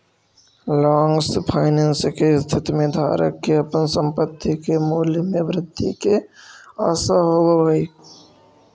long finance के स्थिति में धारक के अपन संपत्ति के मूल्य में वृद्धि के आशा होवऽ हई